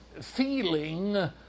feeling